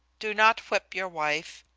do not whip your wife,